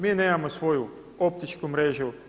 Mi nemamo svoju optičku mrežu.